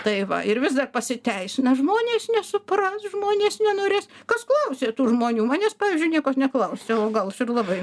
tai va ir vis dar pasiteisina žmonės nesupras žmonės nenorės kas klausė tų žmonių manęs pavyzdžiui niekas neklausė o gal aš ir labai